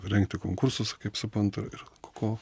rengti konkursus kaip suprantu ir ko